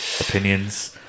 opinions